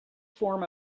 form